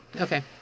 okay